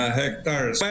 hectares